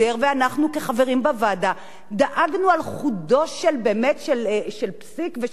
דאגנו על חודו באמת של פסיק ושל סעיף בתוך אותה הצעה,